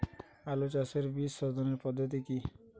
আলু চাষের বীজ সোধনের পদ্ধতি কি?